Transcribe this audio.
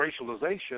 racialization